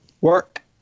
work